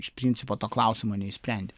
iš principo to klausimo neišsprendė